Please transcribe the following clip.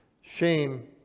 Shame